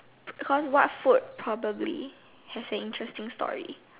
cause what food probably has an interesting story